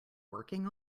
working